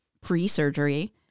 pre-surgery